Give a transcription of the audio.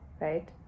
Right